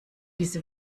diese